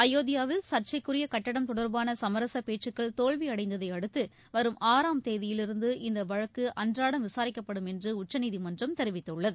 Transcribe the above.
அயோத்யாவில் சர்ச்சைக்குரிய கட்டடம் தொடர்பான சமரசப் பேச்சுக்கள் தோல்வியடைந்ததை அடுத்து வரும் ஆறாம் தேதியிலிருந்து இந்த வழக்கு அன்றாடம் விசாரிக்கப்படும் என்று உச்சநீதிமன்றம் தெரிவித்துள்ளது